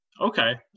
okay